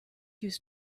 used